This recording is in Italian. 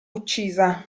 uccisa